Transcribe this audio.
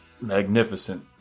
Magnificent